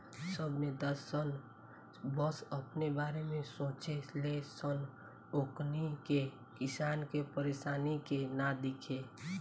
सब नेता सन बस अपने बारे में सोचे ले सन ओकनी के किसान के परेशानी के ना दिखे